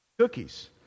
cookies